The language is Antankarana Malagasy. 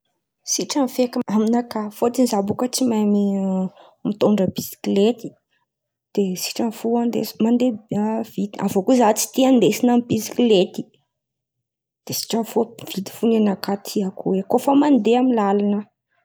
Sitrany feky, amy nakà. Fotony za bôka tsy mahay mitondra bisiklety. De sitrany fo andesa mandeha vity. Avô kôa za tsy tia andesin̈y amy bisiklety. De sitrany fo vity fo ny nakà tiako koa fa mandeha amin’ny lalan̈a.